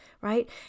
right